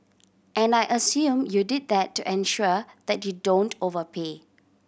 and I assume you did that to ensure that you don't overpay